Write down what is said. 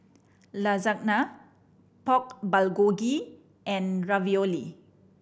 Lasagna Pork Bulgogi and Ravioli